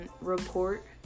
report